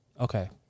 Okay